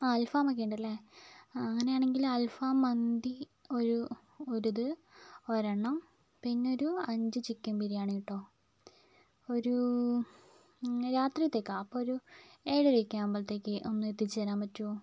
ആ അൽഫാമൊക്കെയുണ്ടല്ലെ ആ അങ്ങനെയാണെങ്കിൽ അൽഫാം മന്തി ഒരു ഒരിത് ഒരെണ്ണം പിന്നൊരു അഞ്ച് ചിക്കൻ ബിരിയാണി കേട്ടോ ഒരു രാത്രിത്തേക്കാണ് അപ്പോൾ ഒരു ഏഴരയൊക്കെ ആവുമ്പോഴത്തേക്ക് ഒന്നെത്തിച്ച് തരാൻ പറ്റുവോ